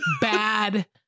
bad